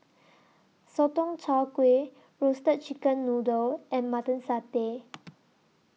Sotong Char Kway Roasted Chicken Noodle and Mutton Satay